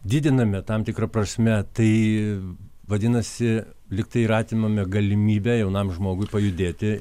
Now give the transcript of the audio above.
didiname tam tikra prasme tai vadinasi lygtai ir atimame galimybę jaunam žmogui pajudėti